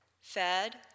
fed